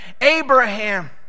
Abraham